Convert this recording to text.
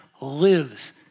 lives